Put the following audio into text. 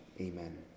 Amen